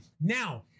Now